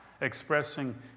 expressing